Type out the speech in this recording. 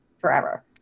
forever